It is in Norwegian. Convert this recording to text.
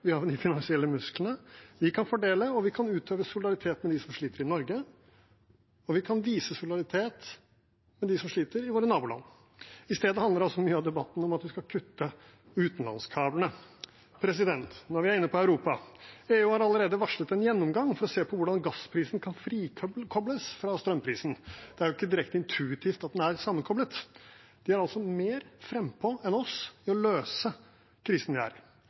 vi har de finansielle musklene, vi kan fordele, vi kan utøve solidaritet med dem som sliter i Norge, og vi kan vise solidaritet med dem som sliter i våre naboland. I stedet handler altså mye av debatten om at vi skal kutte utenlandskablene. Når vi er inne på Europa: EU har allerede varslet en gjennomgang for å se på hvordan gassprisen kan frikobles fra strømprisen. Det er jo ikke direkte intuitivt at den er sammenkoblet. De er altså mer frampå enn oss med å løse krisen vi er